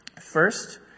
First